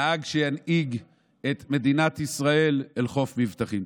נהג שינהיג את מדינת ישראל אל חוף מבטחים.